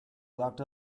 locked